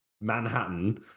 manhattan